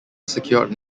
secured